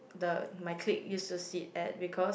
the my clique used to sit at because